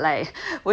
对